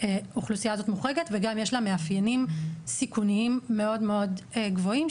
האוכלוסייה הזאת מוחרגת וגם יש לה מאפיינים סיכוניים מאוד גבוהים,